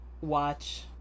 watch